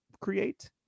create